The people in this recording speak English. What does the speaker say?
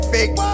Fake